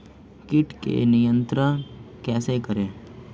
कीट को नियंत्रण कैसे करें?